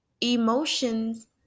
Emotions